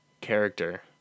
character